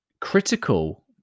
Critical